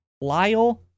Lyle